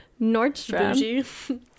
nordstrom